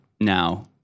now